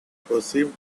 perceived